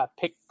pick